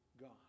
God